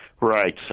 Right